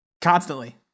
constantly